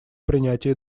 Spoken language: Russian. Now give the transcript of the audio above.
принятии